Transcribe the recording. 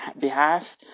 behalf